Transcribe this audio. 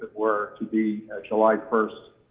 were to be july first